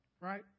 right